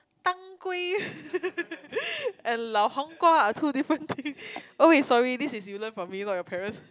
当归 and 老黄瓜 are two different thing oh wait sorry this is you learn from me not your parents